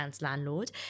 landlord